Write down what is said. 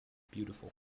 beautiful